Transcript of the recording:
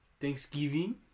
Thanksgiving